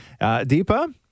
Deepa